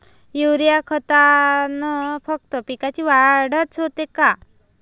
Urea खतानं फक्त पिकाची वाढच होते का?